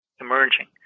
emerging